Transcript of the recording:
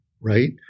right